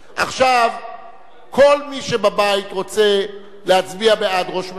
כל מי שבבית רוצה להצביע בעד ראש ממשלה,